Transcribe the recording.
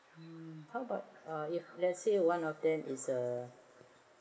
mm how about uh if let's say one of them is a